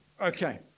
Okay